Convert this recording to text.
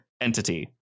entity